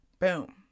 boom